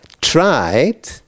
tried